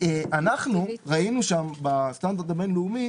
אנחנו ראינו בסטנדרט הבינלאומי